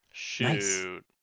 Shoot